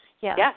Yes